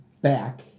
back